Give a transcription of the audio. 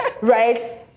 Right